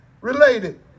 related